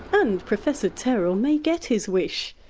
and professor terrill may get his wish,